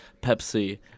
Pepsi